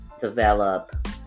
develop